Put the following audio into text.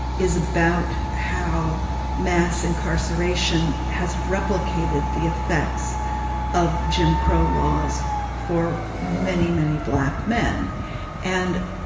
is about how mass incarceration has replicated the effects of jim crow laws for many, many black men and